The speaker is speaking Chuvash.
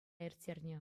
ирттернӗ